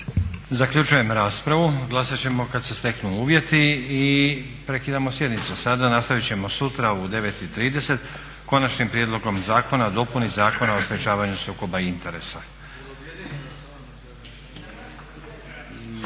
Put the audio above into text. Zaključujem raspravu. Glasat ćemo kada se steknu uvjeti. Prekidamo sjednicu sada, nastavit ćemo sutra u 9,30 s Konačnim prijedlogom zakona o dopuni Zakona o sprečavanju sukoba interesa.